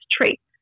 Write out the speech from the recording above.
traits